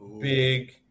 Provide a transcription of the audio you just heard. big